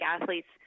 athletes